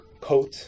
coat